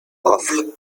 rafle